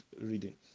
reading